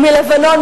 ומלבנון,